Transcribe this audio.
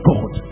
God